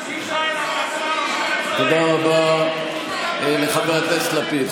תודה רבה, חבר הכנסת לפיד.